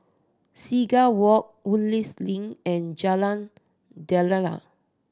Seagull Walk Woodleigh's Link and Jalan Daliah